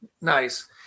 Nice